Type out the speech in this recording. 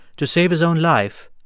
to save his own life,